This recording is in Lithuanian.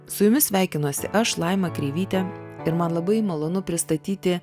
su jumis sveikinuosi aš laima kreivytė ir man labai malonu pristatyti